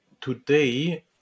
today